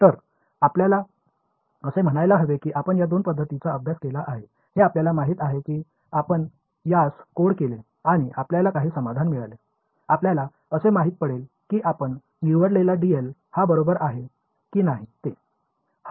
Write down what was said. तर आपल्याला असे म्हणायला हवे की आपण या दोन पद्धतींचा अभ्यास केला होता हे आपल्याला माहित आहे की आपण त्यांना कोड केले आणि आपल्याला काही समाधान मिळाले आपल्याला कसे माहित पडेल कि आपण निवडलेला dl हा बरोबर आहे कि नाही ते